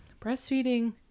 Breastfeeding